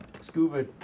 scuba